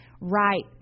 right